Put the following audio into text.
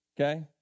okay